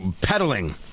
peddling